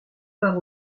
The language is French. part